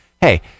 hey